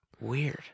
Weird